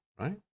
right